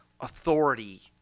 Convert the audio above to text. authority